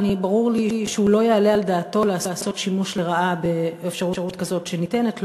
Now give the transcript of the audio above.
וברור לי שלא יעלה על דעתו לעשות שימוש לרעה באפשרות כזאת שניתנת לו,